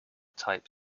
type